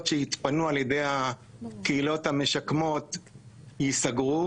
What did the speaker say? שיתפנו על ידי הקהילות המשקמות ייסגרו?